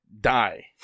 die